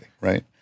right